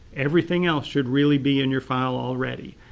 everything else should really be in your file already.